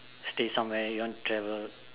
stay somewhere you want to travel